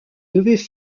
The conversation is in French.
devaient